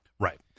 right